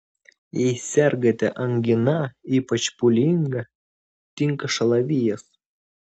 jei sergate angina ypač pūlinga tinka šalavijas